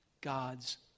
God's